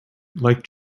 like